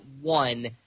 one